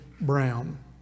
Brown